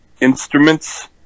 instruments